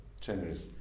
Generous